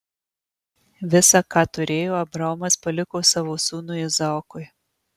visa ką turėjo abraomas paliko savo sūnui izaokui